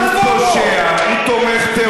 הוא צריך להתנצל.